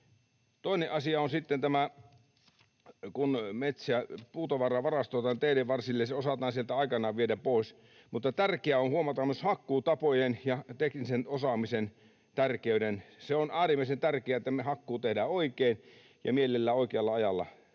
Toinen asia on sitten tämä, että kun puutavaraa varastoidaan teiden varsille, se osataan sieltä aikanaan viedä pois. Mutta tärkeää on huomata myös hakkuutapojen ja teknisen osaamisen tärkeys. Se on äärimmäisen tärkeää, että me tehdään hakkuu oikein ja mielellään oikealla ajalla. Esimerkiksi